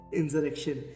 insurrection